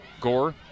Gore